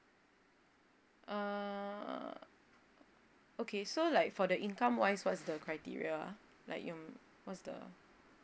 err okay so like for the income wise what's the criteria ah like in what's the